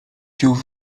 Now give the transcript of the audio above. pięciu